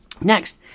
Next